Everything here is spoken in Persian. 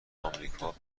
آمریکا